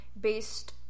based